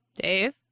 Dave